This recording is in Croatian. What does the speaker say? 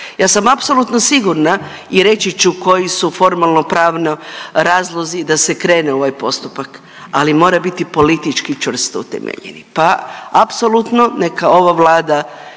Ja sam apsolutno sigurna i reći ću koji su formalno pravno razlozi da se krene u ovaj postupak, ali mora biti politički čvrsto utemeljeni, pa apsolutno neka ova Vlada